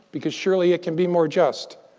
because surely it can be more just,